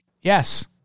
yes